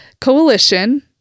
coalition